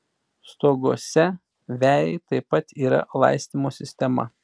stoguose vejai taip pat yra laistymo sistema